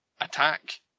attack